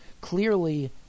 clearly